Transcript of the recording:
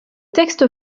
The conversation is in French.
texte